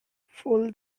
full